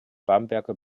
bamberger